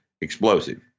explosive